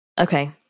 Okay